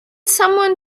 someone